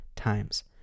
times